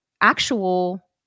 actual